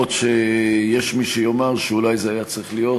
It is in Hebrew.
אף שיש מי שיאמר שאולי זה היה צריך להיות,